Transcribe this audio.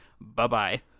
Bye-bye